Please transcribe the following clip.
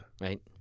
Right